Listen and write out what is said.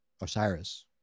Osiris